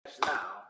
now